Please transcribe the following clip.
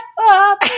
up